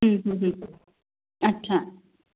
अच्छा